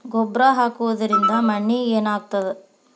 ಗೊಬ್ಬರ ಹಾಕುವುದರಿಂದ ಮಣ್ಣಿಗೆ ಏನಾಗ್ತದ?